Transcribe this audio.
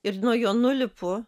ir nuo jo nulipu